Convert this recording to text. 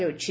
କରାଯାଉଛି